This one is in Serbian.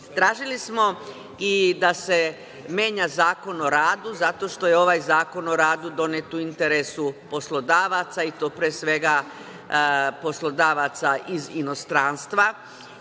smo i da se menja Zakon o radu, zato što je ovaj Zakon o radu donet u interesu poslodavaca i to pre svega poslodavaca iz inostranstva,